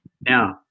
Now